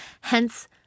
Hence